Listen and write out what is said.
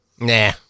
Nah